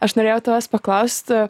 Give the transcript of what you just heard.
aš norėjau tavęs paklausti